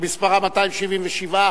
שמספרה 277,